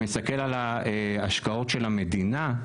אתה מסתכל על ההשקעות של המדינה,